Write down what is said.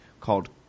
called